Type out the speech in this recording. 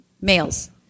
males